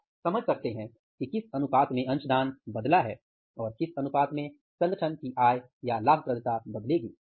आप समझ सकते हैं कि किस अनुपात में अंशदान बदला है और किस अनुपात में संगठन की आय या लाभप्रदता बदलेगी